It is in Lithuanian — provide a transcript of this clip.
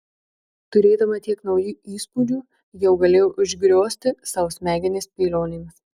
turėdama tiek naujų įspūdžių jau galėjo užgriozti sau smegenis spėlionėmis